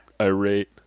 irate